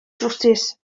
drywsus